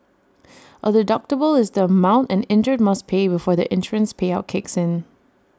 A deductible is the amount an injured must pay before the insurance payout kicks in